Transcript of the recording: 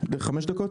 חמש דקות?